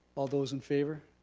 all those in favour?